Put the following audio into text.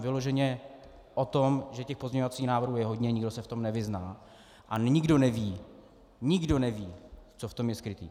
Je to vyloženě o tom, že těch pozměňovacích návrhů je hodně, nikdo se v tom nevyzná a nikdo neví nikdo neví co v tom je skryté.